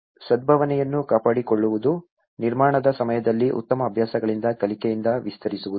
ಸದ್ಭಾವನೆಯನ್ನು ಕಾಪಾಡಿಕೊಳ್ಳುವುದು ನಿರ್ಮಾಣದ ಸಮಯದಲ್ಲಿ ಉತ್ತಮ ಅಭ್ಯಾಸಗಳಿಂದ ಕಲಿಕೆಯಿಂದ ವಿಸ್ತರಿಸುವುದು